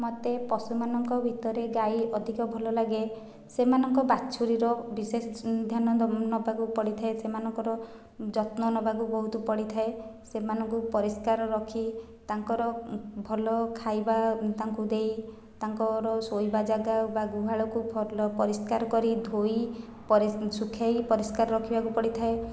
ମୋତେ ପଶୁମାନଙ୍କ ଭିତରେ ଗାଈ ଅଧିକ ଭଲଲାଗେ ସେମାନଙ୍କ ବାଛୁରୀର ବିଶେଷ ଧ୍ୟାନ ନେବାକୁ ପଡ଼ିଥାଏ ସେମାନଙ୍କର ଯତ୍ନ ନେବାକୁ ବହୁତ ପଡ଼ିଥାଏ ସେମାନଙ୍କୁ ପରିଷ୍କାର ରଖି ତାଙ୍କର ଭଲ ଖାଇବା ତାଙ୍କୁ ଦେଇ ତାଙ୍କର ଶୋଇବା ଜାଗା ବା ଗୁହାଳକୁ ଭଲ ପରିଷ୍କାର କରି ଧୋଇ ଶୁଖାଇ ପରିଷ୍କାର ରଖିବାକୁ ପଡ଼ିଥାଏ